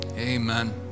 Amen